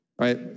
right